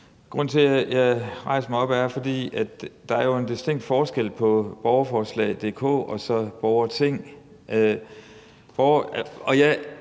Grunden til, at jeg rejser mig op, er, at der jo er en distinkt forskel på www.borgerforslag.dk og borgerting. Jeg er